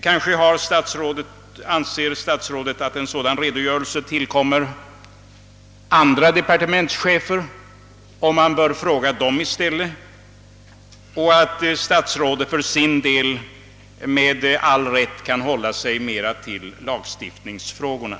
Kanske menar statsrådet att det ankommer på andra departementschefer att lämna redogörelser härvidlag och att frågorna sålunda bör riktas till dessa andra departementschefer. Statsrådet anser måhända att han med all rätt kan hålla sig mera till lagstiftningsfrågorna.